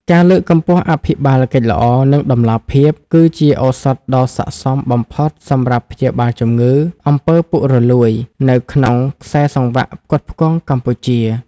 ការលើកកម្ពស់អភិបាលកិច្ចល្អ និងតម្លាភាព គឺជាឱសថដ៏ស័ក្តិសមបំផុតសម្រាប់ព្យាបាលជំងឺ អំពើពុករលួយ នៅក្នុងខ្សែសង្វាក់ផ្គត់ផ្គង់កម្ពុជា។